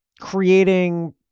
creating